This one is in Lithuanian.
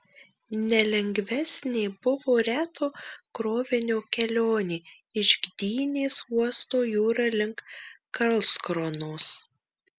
nelengvesnė buvo reto krovinio kelionė iš gdynės uosto jūra link karlskronos